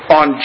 on